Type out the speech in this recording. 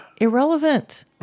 irrelevant